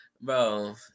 Bro